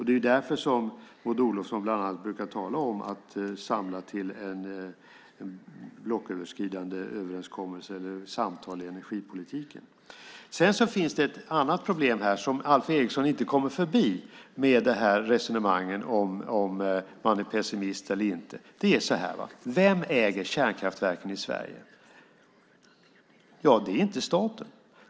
Det är därför som Maud Olofsson bland annat brukar tala om att samla till en blocköverskridande överenskommelse - samtal i energipolitiken. Det finns ett annat problem som Alf Eriksson inte kommer förbi med resonemangen om att vara pessimist eller inte. Vem äger kärnkraftverken i Sverige? Det är inte staten.